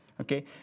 okay